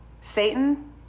Satan